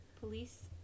police